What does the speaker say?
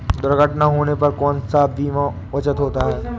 दुर्घटना होने पर कौन सा बीमा उचित होता है?